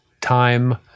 time